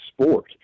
sport